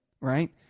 Right